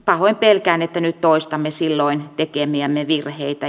pahoin pelkään että nyt toistamme silloin tekemiämme virheitä